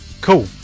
Cool